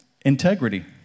integrity